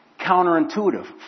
counterintuitive